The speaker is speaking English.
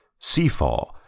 Seafall